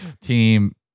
team